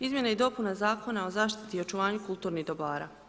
Izmjena i dopuna Zakona o zaštiti i očuvanju kulturnih dobara.